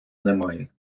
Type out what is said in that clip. немає